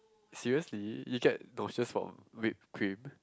seriously you get no it's just for whipped cream